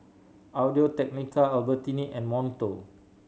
Audio Technica Albertini and Monto